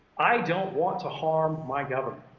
i don't want to harm my government.